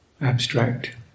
abstract